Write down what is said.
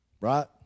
Right